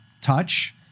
touch